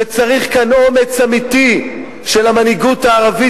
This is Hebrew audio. וצריך כאן אומץ אמיתי של המנהיגות הערבית